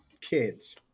kids